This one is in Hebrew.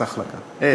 אני